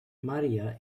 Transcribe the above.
maria